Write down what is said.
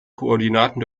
koordinaten